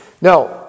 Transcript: Now